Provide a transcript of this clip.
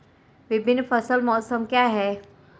विभिन्न फसल मौसम क्या हैं?